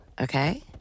okay